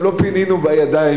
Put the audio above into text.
גם לא פינינו את זה בידיים,